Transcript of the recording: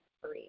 free